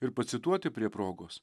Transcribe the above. ir pacituoti prie progos